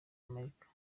amerika